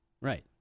Right